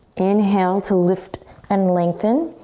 inhale to lift and lengthen.